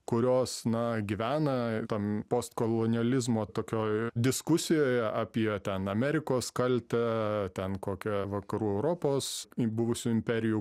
kurios na gyvena tam postkolonializmo tokioj diskusijoje apie ten amerikos kaltę ten kokią vakarų europos į buvusių imperijų